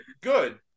Good